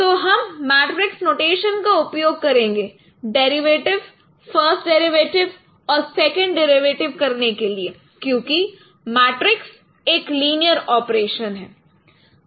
तो हम matrix notation का उपयोग करेंगे डेरिवेटिव फ़र्स्ट डेरिवेटिव और सेकंड डेरिवेटिव करने के लिए क्योंकि मैट्रिक्स एक लीनियर ऑपरेशन है